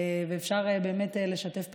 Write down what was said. ואפשר באמת לשתף פעולה.